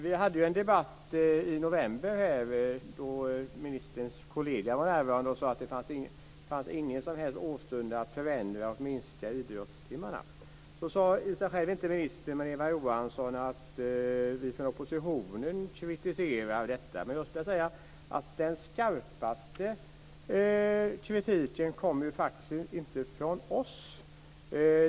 Vi hade en debatt i november här, då ministerns kollega var här och sade att det inte fanns någon som helst åstundan att minska antalet idrottstimmar. Nu var det i och för sig inte ministern utan Eva Johansson som sade att vi från oppositionen kritiserar detta. Men den skarpaste kritiken kommer ju inte från oss.